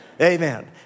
Amen